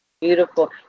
Beautiful